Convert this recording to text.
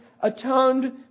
atoned